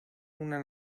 una